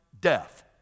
death